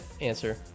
answer